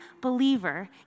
believer